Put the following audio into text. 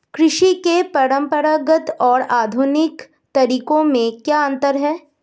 कृषि के परंपरागत और आधुनिक तरीकों में क्या अंतर है?